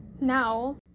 now